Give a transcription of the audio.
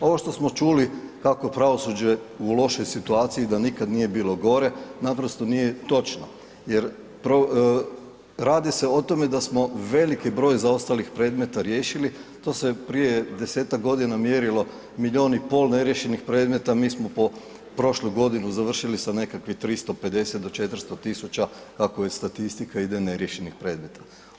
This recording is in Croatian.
Ovo što smo čuli kako je pravosuđe u lošoj situaciji, da nikad nije bilo gore, naprosto nije točno, jer radi se o tome da smo veliki broj zaostalih predmeta riješili, to se prije 10-tak godina mjerilo milijun i pol neriješenih predmeta, mi smo prošlu godinu završili sa nekakvih 350 do 400 000 kako je statistika ide, neriješenih predmeta.